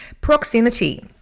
Proximity